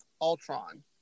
Ultron